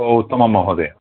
ओ उत्तमम् महोदय